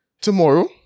Tomorrow